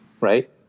right